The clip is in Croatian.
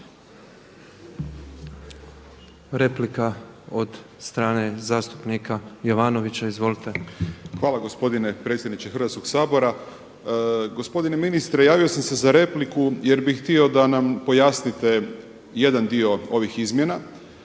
Replika od strane zastupnika Jovanovića. Izvolite. **Jovanović, Željko (SDP)** Hvala gospodine predsjedniče Hrvatskoga sabora. Gospodine ministre, javio sam se za repliku jer bih htio da nam pojasnite jedan dio ovih izmjena.